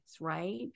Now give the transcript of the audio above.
right